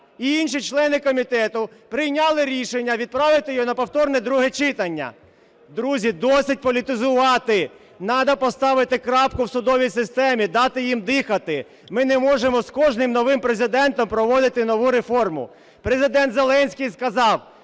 і інші члени комітету прийняли рішення відправити його на повторне друге читання? Друзі, досить політизувати. Треба поставити крапку в судовій системі, дати їм дихати. Ми не можемо з кожним новим Президентом проводити нову реформу. Президент Зеленський сказав: